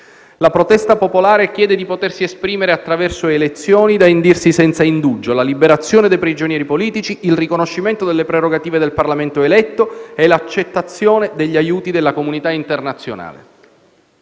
La protesta popolare chiede di potersi esprimere attraverso elezioni da indirsi senza indugio, la liberazione dei prigionieri politici, il riconoscimento delle prerogative del Parlamento eletto e l'accettazione degli aiuti della comunità internazionale.